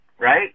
right